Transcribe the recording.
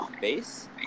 base